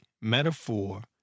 metaphor